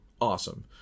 Awesome